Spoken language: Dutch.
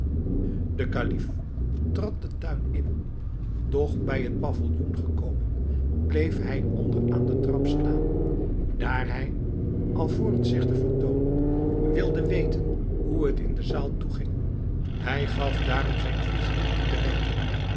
de kalif trad den tuin in doch bij het pavilloen gekomen bleef hij onder aan den trap staan daar hij alvorens zich te vertoonen wilde weten hoe het in de zaal toeging hij gaf daarom zijn vizier in bedenking